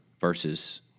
versus